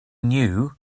knew